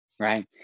Right